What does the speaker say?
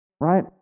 Right